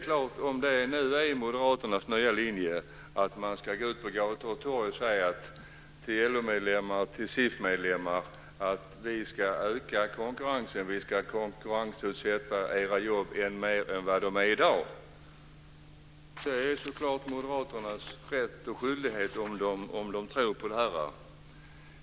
Är det Moderaternas nya linje att man ska gå ut på gator och torg och säga till LO-medlemmar och SIF medlemmar att vi ska öka konkurrensen och konkurrensutsätta deras jobb ännu mer än i dag? Det är så klart Moderaternas rätt och skyldighet att göra detta om de tror på det.